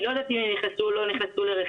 אני לא יודעת אם נכנסו או לא נכנסו לשכר.